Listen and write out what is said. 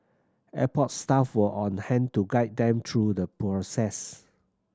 airport staff were on hand to guide them through the process